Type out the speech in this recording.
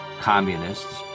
communists